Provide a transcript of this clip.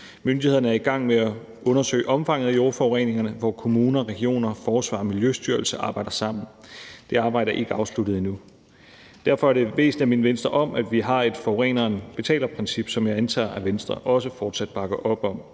Myndighederne er i gang med at undersøge omfanget af jordforureningerne, som kommuner, regioner, forsvar og Miljøstyrelse arbejder sammen om. Det arbejde er endnu ikke afsluttet. Derfor er det væsentligt at minde Venstre om, at vi har et forureneren betaler-princip, som jeg antager at Venstre også fortsat bakker op om.